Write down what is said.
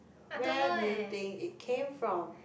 where do you think it came from